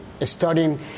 studying